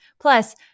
Plus